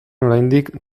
oraindik